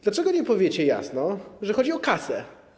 Dlaczego nie powiecie jasno, że chodzi o kasę?